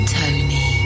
tony